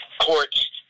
courts